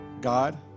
God